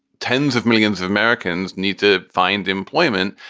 tens of millions of americans need to find employment.